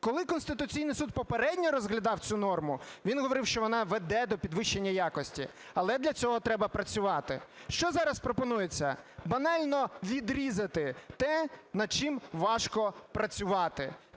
Коли Конституційний Суд попередньо розглядав цю норму, він говорив, що вона веде до підвищення якості, але для цього треба працювати. Що зараз пропонується? Банально відрізати те, над чим важко працювати,